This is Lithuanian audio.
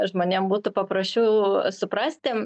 žmonėm būtų paprasčiau suprasti